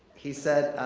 he said,